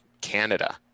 Canada